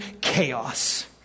chaos